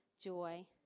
joy